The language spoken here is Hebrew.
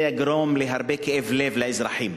זה יגרום להרבה כאב ראש לאזרחים.